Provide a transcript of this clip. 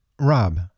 rob